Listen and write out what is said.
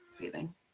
feeling